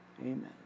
amen